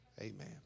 Amen